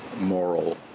moral